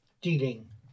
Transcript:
dealing